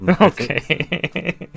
Okay